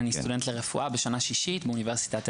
סטודנט לרפואה בשנה השישית באוניברסיטת תל-אביב.